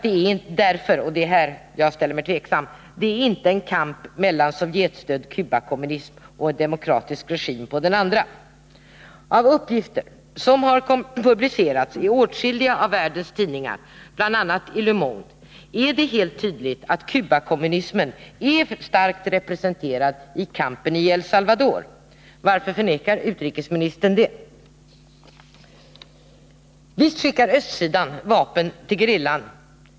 Det är inte — och det är här jag ställer mig tveksam — en kamp mellan sovjetstödd Cubakommunism å den ena sidan och en demokratisk regim å den andra sidan. Uppgifter som har publicerats i åtskilliga av världens tidningar, bl.a. i Le Monde, visar helt tydligt att Cubakommunismen är starkt representerad i kampen i El Salvador. Varför förnekar utrikesministern det? Visst skickar östsidan vapen till gerillan.